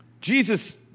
Jesus